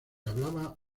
hablaba